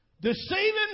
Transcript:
Deceiving